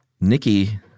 Nikki